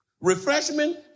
Refreshment